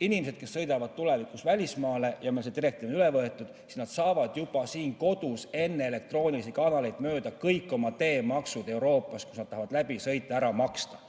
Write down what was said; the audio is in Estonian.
inimesed, kes sõidavad tulevikus välismaale, ja [kui] meil on see direktiiv üle võetud, siis nad saavad juba siin kodus elektroonilisi kanaleid mööda kõik oma teemaksud Euroopas, kust nad tahavad läbi sõita, ette ära maksta.